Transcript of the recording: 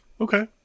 Okay